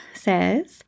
says